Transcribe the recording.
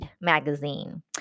magazine